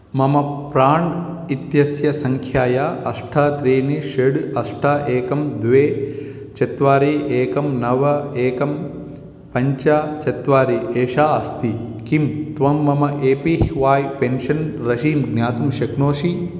मम प्राण् इत्यस्य सङ्ख्यायाः अष्ट त्रीणि षड् अष्ट एकं द्वे चत्वारि एकं नव एकं पञ्च चत्वारि एषा अस्ति किं त्वं मम ए पी ह्वाय् पेन्शन् राशीं ज्ञातुं शक्नोषि